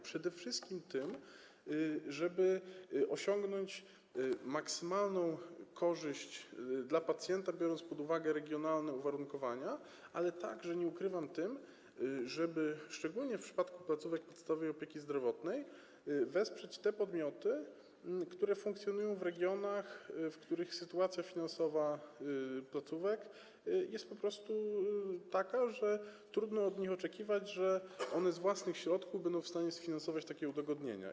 Przede wszystkim tym, żeby osiągnąć maksymalną korzyść dla pacjenta, biorąc pod uwagę regionalne uwarunkowania, ale także, nie ukrywam, tym, żeby szczególnie w przypadku placówek podstawowej opieki zdrowotnej wesprzeć te podmioty, które funkcjonują w regionach, w których sytuacja finansowa jest po prostu taka, że trudno od nich oczekiwać, że one z własnych środków będą w stanie sfinansować takie udogodnienia.